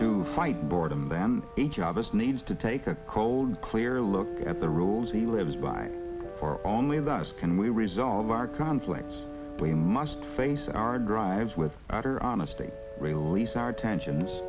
to fight boredom then each of us needs to take a cold clear look at the rules he lives by or only of us can we resolve our conflicts we must face our drives with her honesty release our tensions